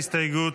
ההסתייגות